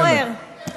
חבר הכנסת עודד פורר,